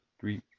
three